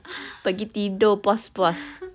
pergi tidur puas-puas